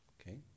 Okay